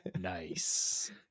nice